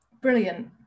brilliant